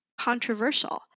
controversial